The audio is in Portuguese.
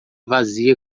vazia